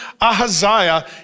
Ahaziah